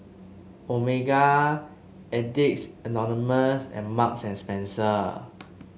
Omega Addicts Anonymous and Marks and Spencer